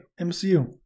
MCU